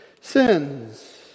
sins